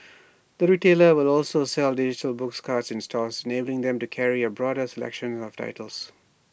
the retailer will also sell digital books cards in stores enabling them to carry A broader selection of titles